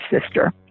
sister